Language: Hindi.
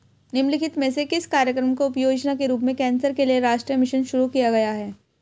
निम्नलिखित में से किस कार्यक्रम को उपयोजना के रूप में कैंसर के लिए राष्ट्रीय मिशन शुरू किया गया है?